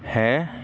ਹੈ